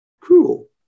cool